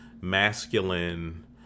masculine